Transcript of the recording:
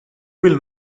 will